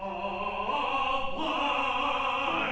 oh